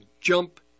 jump